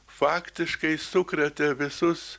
faktiškai sukrėtė visus